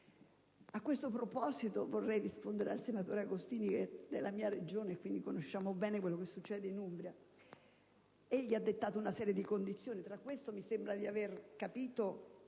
A questo proposito, vorrei rispondere al senatore Agostini, che è della mia Regione, per cui entrambi conosciamo bene quello che succede in Umbria. Egli ha dettato una serie di condizioni; tra queste, mi sembra di aver capito